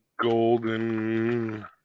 Golden